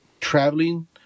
traveling